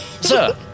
Sir